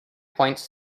points